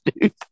dude